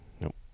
Nope